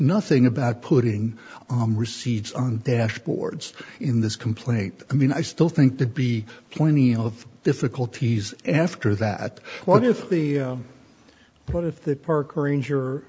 nothing about putting receipts on dash boards in this complaint i mean i still think there'd be plenty of difficulties after that what if the what if that park ranger